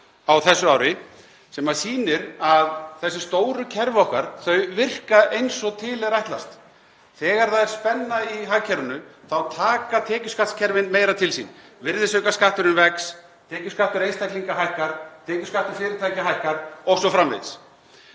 á þessu ári sem sýnir að þessi stóru kerfi okkar virka eins og til er ætlast. Þegar það er spenna í hagkerfinu taka tekjuskattskerfin meira til sín. Virðisaukaskattur vex, tekjuskattur einstaklinga hækkar, tekjuskattur fyrirtækja hækkar o.s.frv.